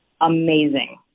amazing